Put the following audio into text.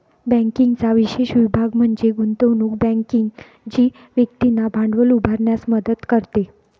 बँकिंगचा विशेष विभाग म्हणजे गुंतवणूक बँकिंग जी व्यक्तींना भांडवल उभारण्यास मदत करते